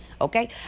Okay